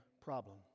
problem